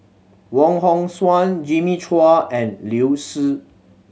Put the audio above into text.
Wong Hong Suen Jimmy Chua and Liu Si